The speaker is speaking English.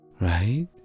right